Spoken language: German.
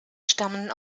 stammen